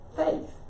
faith